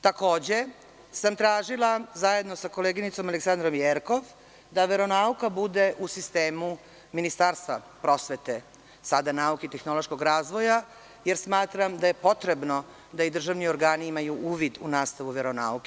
Takođe sam tražila, zajedno sa koleginicom Aleksandrom Jerkov, da veronauka bude u sistemu Ministarstva prosvete, sada nauke i tehnološkog razvoja, jer smatram da je potrebno da i državni organi imaju uvid u nastavu veronauke.